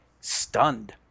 stunned